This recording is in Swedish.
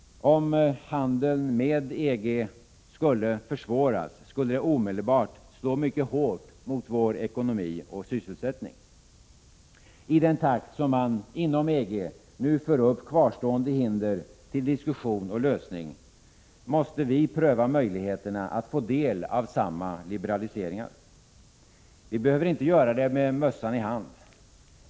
Om handeln med EG försvåras skulle det omedelbart slå mycket hårt mot vår ekonomi och sysselsättning. I den takt som man inom EG nu för upp kvarstående hinder till diskussion och lösning måste vi pröva möjligheterna att få del av samma liberaliseringar. Vi behöver inte göra det med mössan i hand.